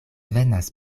venas